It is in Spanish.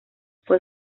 fue